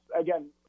again